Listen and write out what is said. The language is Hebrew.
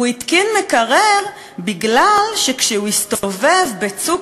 הוא התקין מקרר כי כשהוא הסתובב ב"צוק